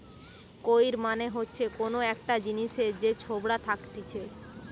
কৈর মানে হচ্ছে কোন একটা জিনিসের যে ছোবড়া থাকতিছে